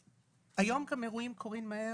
היום אירועים קורים מהר,